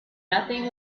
nothing